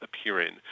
appearing